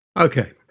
Okay